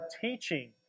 teaching